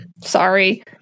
sorry